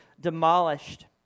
demolished